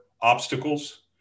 obstacles